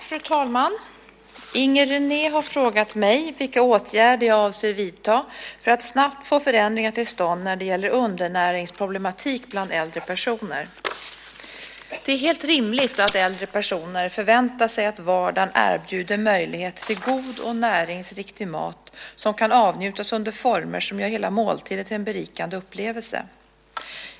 Fru talman! Inger René har frågat mig vilka åtgärder jag avser att vidta för att snabbt få förändringar till stånd när det gäller undernäringsproblematik bland äldre personer. Det är helt rimligt att äldre personer förväntar sig att vardagen erbjuder möjlighet till god och näringsriktig mat som kan avnjutas under former som gör hela måltiden till en berikande upplevelse.